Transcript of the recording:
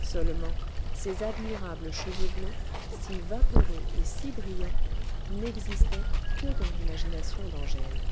seulement ces admirables cheveux blonds si vaporeux et si brillants n'existaient que dans l'imagination d'angèle